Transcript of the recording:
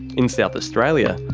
in south australia,